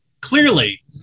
clearly